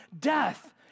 death